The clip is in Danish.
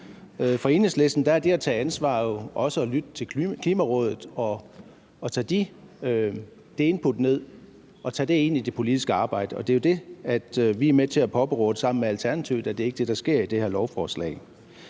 For Enhedslisten er det at tage ansvar jo også at lytte til Klimarådet og tage det input ned og tage det ind i det politiske arbejde. Det er jo det, vi er med til at råbe op om sammen med Alternativet, altså at det ikke er det, der sker i det her lovforslag.